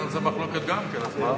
אין על זה מחלוקת גם כן, אז מה?